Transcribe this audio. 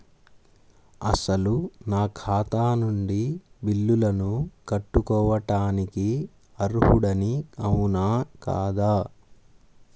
అసలు నా ఖాతా నుండి బిల్లులను కట్టుకోవటానికి అర్హుడని అవునా కాదా?